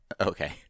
Okay